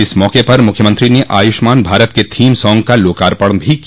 इस मौक पर मुख्यमंत्री ने आयुष्मान भारत के थीम सॉग का लोकार्पण भी किया